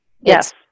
Yes